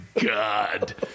God